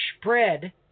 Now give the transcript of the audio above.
spread